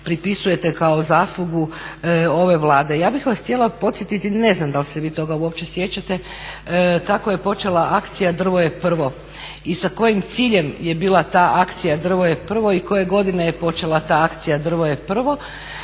pripisujete kao zaslugu ove Vlade. Ja bih vas htjela podsjetiti, ne znam da li se vi toga uopće sjećate kako je počela akcija "Drvo je prvo" i sa kojim ciljem je bila ta akcija "Drvo je prvo" i koje godine je počela ta akcija "Drvo je prvo".